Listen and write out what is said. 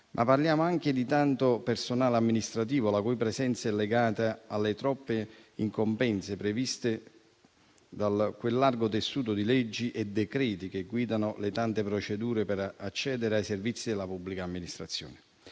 ma parliamo anche di tanto personale amministrativo, la cui presenza è legata alle troppe incombenze previste da quel largo tessuto di leggi e decreti che guidano le tante procedure per accedere ai servizi della pubblica amministrazione.